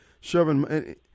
shoving